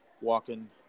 walking